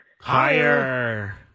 Higher